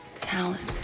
talent